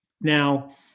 Now